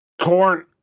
Corn